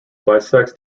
bisects